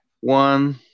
one